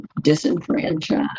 disenfranchised